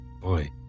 Boy